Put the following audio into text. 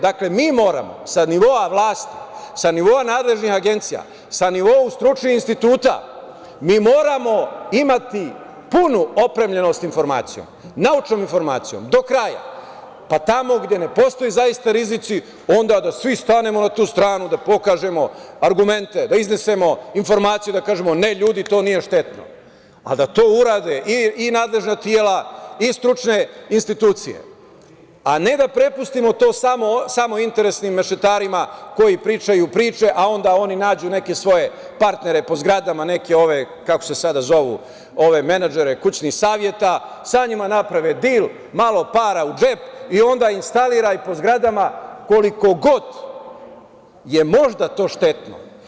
Dakle, mi moramo sa nivoa vlasti, sa nivoa nadležnih agencija, sa nivoa stručnih instituta, mi moramo imati punu opremljenost informacija, naučnom informacijom do kraja, pa tamo gde ne postoje rizici, onda da svi stanemo na tu stranu, da pokažemo argumente i da iznesemo informaciju, ne ljudi, to nije štetno, a da to urade i nadležna tela i stručne institucije, a ne da prepustimo samo interesnim mešetarima koji pričaju priče, a onda oni nađu neke svoje partnere po zgradama neke kako se sada zovu, neke menadžere, kućnih saveta, sa njima naprave dil, malo u džep para, i onda instaliraj po zgradama koliko god je to možda štetno.